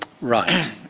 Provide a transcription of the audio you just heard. Right